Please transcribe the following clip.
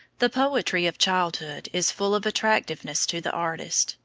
the poetry of childhood is full of attractiveness to the artist,